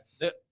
Yes